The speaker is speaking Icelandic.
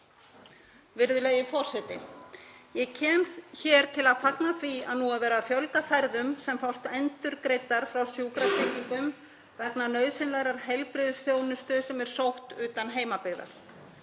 Virðulegi forseti. Ég kem hér til að fagna því að nú er verið að fjölga ferðum sem fást endurgreiddar frá Sjúkratryggingum vegna nauðsynlegrar heilbrigðisþjónustu sem er sótt utan heimabyggðar.